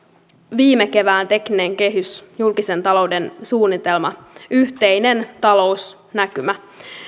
viime kevään tekninen kehys julkisen talouden suunnitelma yhteinen talousnäkymä